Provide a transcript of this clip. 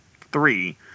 three